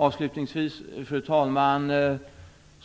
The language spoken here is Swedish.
Avslutningsvis, fru talman,